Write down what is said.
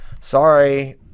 sorry